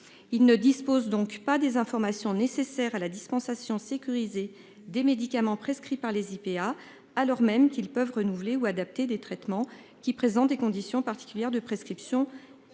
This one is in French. Il ne dispose donc pas des informations nécessaires à la dispensation sécurisée des médicaments prescrits par les IPA alors même qu'ils peuvent renouvelé ou adapté des traitements qui présente des conditions particulières de prescription.